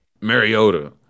Mariota